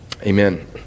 amen